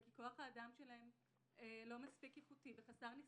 וכי כוח האדם שלהם לא מספיק איכותי וחסר ניסיון.